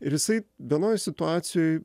ir jisai vienoj situacijoj